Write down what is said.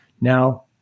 Now